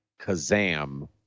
kazam